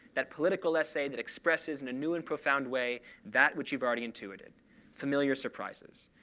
that political essay that expresses in a new and profound way that which you've already intuited familiar surprises.